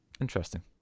Interesting